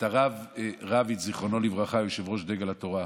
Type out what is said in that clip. את הרב רביץ, זיכרונו לברכה, יושב-ראש דגל התורה,